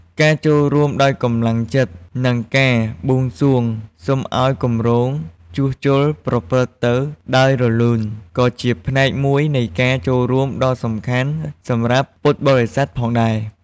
ការចូលរួមដោយកម្លាំងចិត្ត និងការបួងសួងសុំឱ្យគម្រោងជួសជុលប្រព្រឹត្តទៅដោយរលូន ក៏ជាផ្នែកមួយនៃការចូលរួមដ៏សំខាន់សម្រាប់ពុទ្ធបរិស័ទផងដែរ។